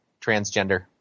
Transgender